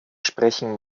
sprechen